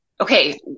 okay